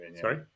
Sorry